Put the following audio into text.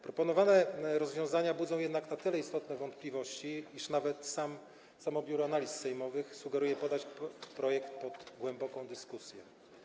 Proponowane rozwiązania budzą jednak na tyle istotne wątpliwości, iż nawet samo Biuro Analiz Sejmowych sugeruje poddać projekt pod głęboką dyskusję.